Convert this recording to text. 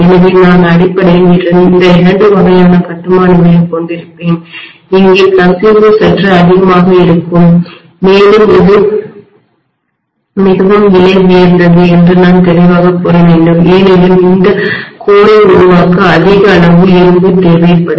எனவே நான் அடிப்படையில் இந்த இரண்டு வகையான கட்டுமானங்களைக் கொண்டிருப்பேன் இங்கே கசிவு சற்று அதிகமாக இருக்கும் மேலும் இது மிகவும் விலை உயர்ந்தது என்று நான் தெளிவாகக் கூற வேண்டும் ஏனெனில் இந்த மையத்தை கோரை உருவாக்க அதிக அளவு இரும்பு தேவைப்படும்